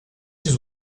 ses